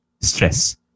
stress